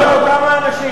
אבל אלה אותם האנשים.